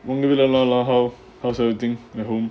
உங்க வீட்டுலலாம்:unga veetulalaam how how's everything at home